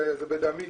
זה בדמי,